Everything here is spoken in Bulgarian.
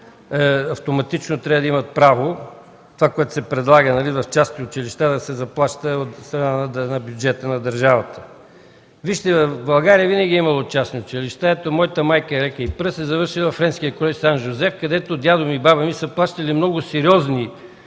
автоматично трябва да имат право на това, което се предлага в частните училища, да се заплаща от бюджета на държавата. Вижте, в България винаги е имало частни училища. Ето, моята майка, светла й памет, е завършила френския колеж „Сен Жозеф”, където дядо ми и баба ми са плащали много сериозни